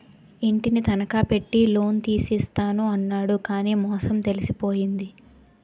ఇంటిని తనఖా పెట్టి లోన్ తీసి ఇస్తాను అన్నాడు కానీ మోసం తెలిసిపోయింది